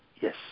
yes